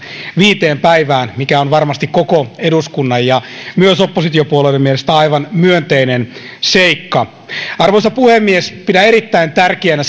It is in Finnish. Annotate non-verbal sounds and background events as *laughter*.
viiteen päivään mikä on varmasti koko eduskunnan ja myös oppositiopuolueiden mielestä aivan myönteinen seikka arvoisa puhemies pidän erittäin tärkeänä *unintelligible*